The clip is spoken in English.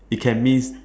it can mean